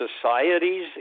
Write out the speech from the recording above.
societies